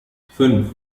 fünf